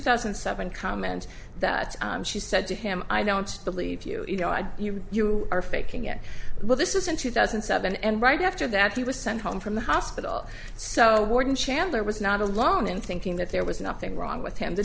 thousand and seven comment that she said to him i don't believe you you know i you you are faking it well this is in two thousand and seven and right after that he was sent home from the hospital so warden chandler was not alone in thinking that there was nothing wrong with him the